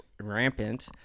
rampant